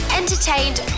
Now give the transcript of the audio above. entertained